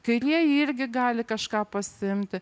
kairieji irgi gali kažką pasiimti